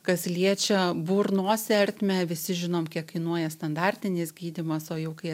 kas liečia burnos ertmę visi žinom kiek kainuoja standartinis gydymas o jau kai